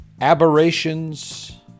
aberrations